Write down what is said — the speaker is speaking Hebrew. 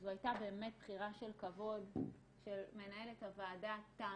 זו הייתה באמת בחירה של כבוד של מנהלת הוועדה תמי,